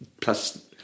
plus